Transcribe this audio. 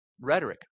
rhetoric